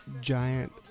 giant